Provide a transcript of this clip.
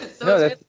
No